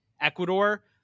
Ecuador